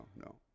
no